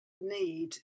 need